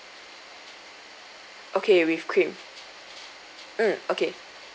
okay with cream mm okay